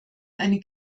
eine